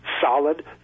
solid